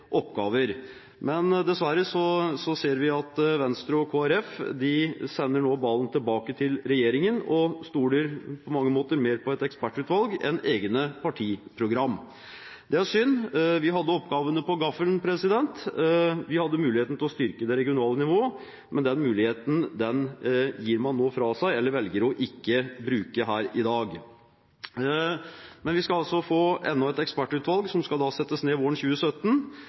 oppgaver. Men dessverre ser vi at Venstre og Kristelig Folkeparti nå sender ballen tilbake til regjeringen og på mange måter stoler mer på et ekspertutvalg enn på egne partiprogram. Det er synd. Vi hadde oppgavene på gaffelen. Vi hadde muligheten til å styrke det regionale nivået, men den muligheten gir man nå fra seg, eller man velger ikke å bruke den her i dag. Vi skal få enda et ekspertutvalg, som skal settes ned våren 2017.